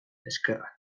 ezkerrak